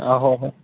आहो आहो